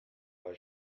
bei